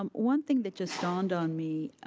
um one thing that just dawned on me